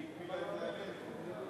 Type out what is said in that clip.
היא הפילה את זה עלינו.